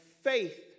faith